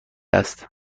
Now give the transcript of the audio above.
است